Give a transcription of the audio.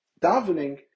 davening